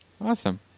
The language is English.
awesome